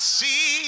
see